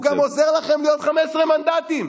הוא גם עוזר לכם להיות 15 מנדטים.